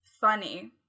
Funny